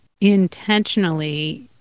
intentionally